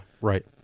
right